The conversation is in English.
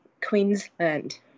Queensland